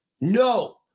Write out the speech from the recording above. No